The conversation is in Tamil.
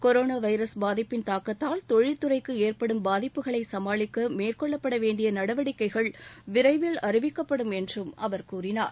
கொரோனா வைரஸ் பாதிப்பின் தாக்கத்தால் தொழில்துறைக்கு ஏற்படும் பாதிப்புகளை சமாளிக்க மேற்கொள்ளப்படவேண்டிய நடவடிக்கைகள் விரைவில் அறிவிக்கப்படும் என்றும் அவர் கூறினார்